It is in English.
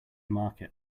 market